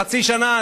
חצי שנה,